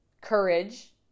courage